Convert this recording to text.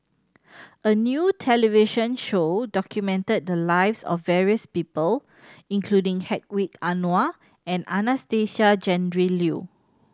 a new television show documented the lives of various people including Hedwig Anuar and Anastasia Tjendri Liew